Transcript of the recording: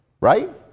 Right